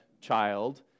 child